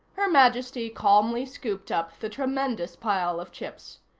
her majesty calmly scooped up the tremendous pile of chips.